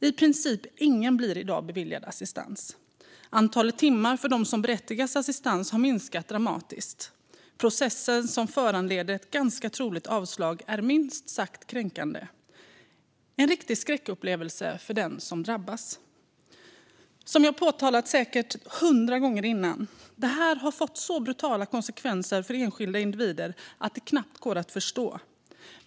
I princip ingen blir i dag beviljad assistans. Antalet timmar för dem som berättigas till assistans har minskat dramatiskt. Processen som föranleder ett ganska troligt avslag är minst sagt kränkande - en riktig skräckupplevelse för den som drabbas. Som jag har påpekat säkert hundra gånger tidigare har detta fått så brutala konsekvenser för enskilda individer att det knappt går att förstå.